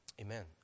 Amen